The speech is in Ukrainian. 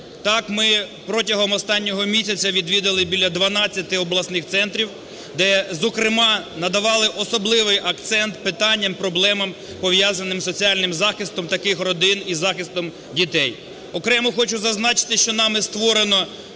Так, ми протягом останнього місяця відвідали біля дванадцяти обласних центрів, де, зокрема, надавали особливий акцент питанням і проблемам, пов'язаним із соціальним захистом таких родин і захистом дітей. Окремо хочу зазначити, що нами створено